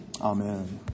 Amen